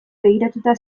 begiratuta